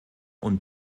und